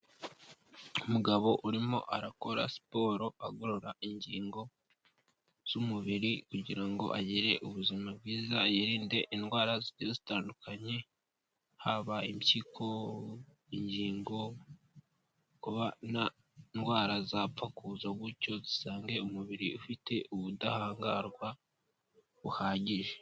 Umugabo urimo arakora siporo agorora ingingo z'umubiri kugira ngo agire ubuzima bwiza yirinde indwara zigiye zitandukanye, haba impyiko, ingingo, kuba nta ndwara zapfa kuza gutyo zisange umubiri ufite ubudahangarwa buhagije.